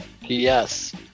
Yes